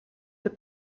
the